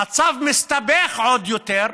המצב מסתבך עוד יותר: